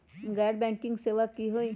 गैर बैंकिंग सेवा की होई?